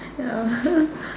ya